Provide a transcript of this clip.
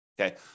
Okay